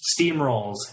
steamrolls